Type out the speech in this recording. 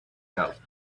held